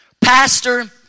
Pastor